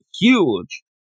huge